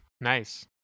Nice